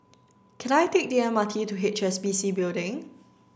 can I take the M R T to H S B C Building